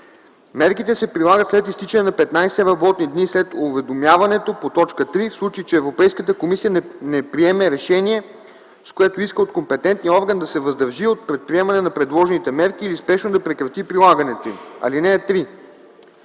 мерките се прилагат след изтичане на 15 работни дни след уведомяването по т. 3 в случай че Европейската комисия не приеме решение, с което иска от компетентния орган да се въздържи от предприемане на предложените мерки или спешно да прекрати прилагането им.